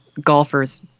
golfers